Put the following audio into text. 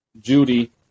Judy